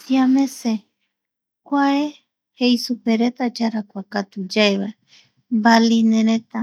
Siamese, kua jei supereta yarakuakatu, balinesreta